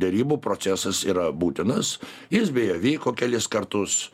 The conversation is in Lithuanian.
derybų procesas yra būtinas jis beje vyko kelis kartus